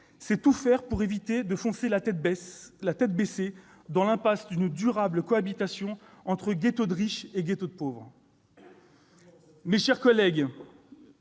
c'est tout faire pour éviter de foncer tête baissée dans l'impasse d'une durable cohabitation entre « ghettos de riches » et « ghettos de pauvres ». Mes chers collègues,